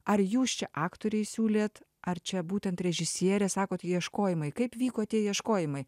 ar jūs čia aktoriai siūlėt ar čia būtent režisierė sakot ieškojimai kaip vyko tie ieškojimai